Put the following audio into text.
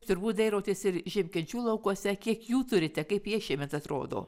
turbūt dairotės ir žiemkenčių laukuose kiek jų turite kaip jie šiemet atrodo